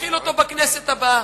להחיל אותו בכנסת הבאה.